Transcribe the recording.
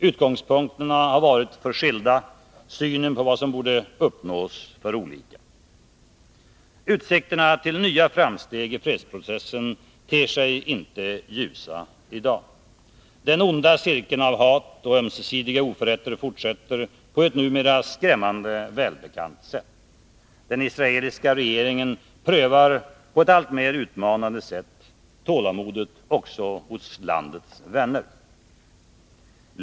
Utgångspunkterna har varit för skilda, synen på vad som borde uppnås för olika. Utsikterna till nya framsteg i fredsprocessen ter sig inte ljusa i dag. Den onda cirkeln av hat och ömsesidiga oförrätter fortsätter på ett numera skrämmande välbekant sätt. Den israeliska regeringen prövar på ett alltmera utmanande sätt tålamodet också hos landets vänner.